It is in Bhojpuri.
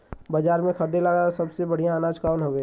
बाजार में खरदे ला सबसे बढ़ियां अनाज कवन हवे?